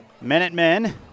Minutemen